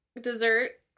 dessert